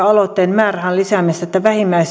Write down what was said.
määrärahan lisäämisestä